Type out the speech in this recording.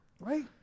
right